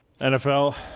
NFL